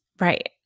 right